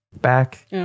back